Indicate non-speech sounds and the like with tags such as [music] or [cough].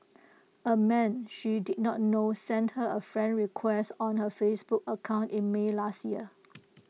[noise] A man she did not know sent her A friend request on her Facebook account in may last year